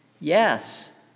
Yes